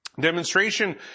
Demonstration